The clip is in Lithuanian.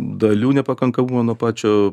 dalių nepakankamumą nuo pačio